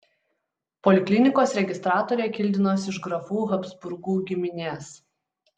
poliklinikos registratorė kildinosi iš grafų habsburgų giminės